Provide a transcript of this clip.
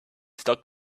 stock